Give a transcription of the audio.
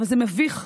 אבל זה מביך ומביש,